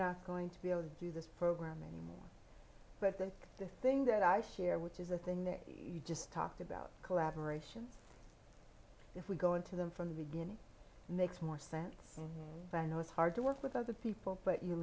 not going to be able to do this program anymore but then the thing that i share which is a thing that you just talked about collaboration if we go into them from the beginning makes more sense than it was hard to work with other people but you